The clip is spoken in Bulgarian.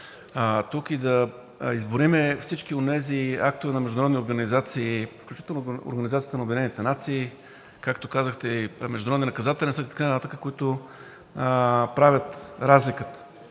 и да изброим всички онези актове на международни организации, включително Организацията на обединените нации, както казахте, и Международния наказателен съд, и така нататък, които правят разликата